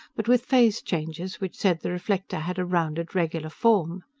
but with phase-changes which said the reflector had a rounded, regular form.